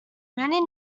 many